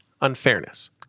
unfairness